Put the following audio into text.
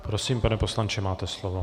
Prosím, pane poslanče, máte slovo.